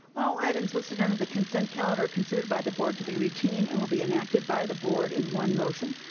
all items listed under the consent calendar are considered by the board to be routine and will be enacted by the board in one motion.